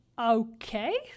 okay